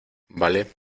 vale